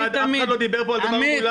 אף אחד לא דיבר פה על דבר מולד.